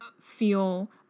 feel